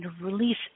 release